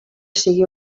sigui